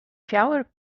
fjouwer